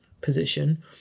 position